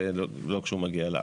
ולא כשהוא מגיע לארץ.